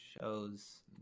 shows